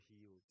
healed